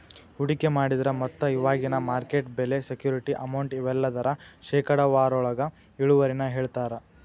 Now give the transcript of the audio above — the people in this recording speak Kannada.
ಹೂಡಿಕೆ ಮಾಡಿದ್ರ ಮೊತ್ತ ಇವಾಗಿನ ಮಾರ್ಕೆಟ್ ಬೆಲೆ ಸೆಕ್ಯೂರಿಟಿ ಅಮೌಂಟ್ ಇವೆಲ್ಲದರ ಶೇಕಡಾವಾರೊಳಗ ಇಳುವರಿನ ಹೇಳ್ತಾರಾ